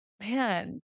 man